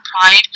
pride